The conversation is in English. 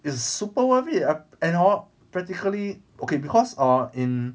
it's super worth it a~ and hor practically okay because err in